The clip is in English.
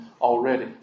already